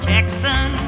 Jackson